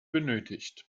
benötigt